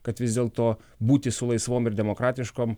kad vis dėlto būti su laisvom ir demokratiškom